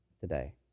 today